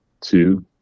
two